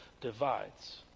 divides